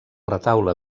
retaule